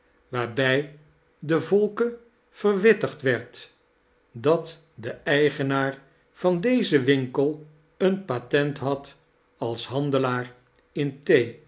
waarbij den volk verwittigd werd dat de eigenaar van dozen winkel een patent had als handelaar in thee